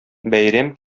бәйрәм